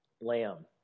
Lamb